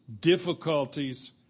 difficulties